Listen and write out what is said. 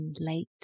late